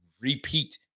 repeat